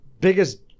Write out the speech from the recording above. Biggest